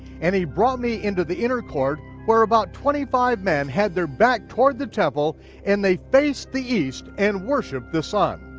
and he brought me into the inner court where about twenty five men had their back toward the temple and they faced the east and worshiped the sun.